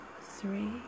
three